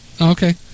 Okay